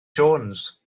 jones